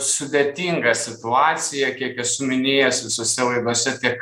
sudėtinga situacija kiek esu minėjęs visose laidose tiek